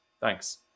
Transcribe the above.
Thanks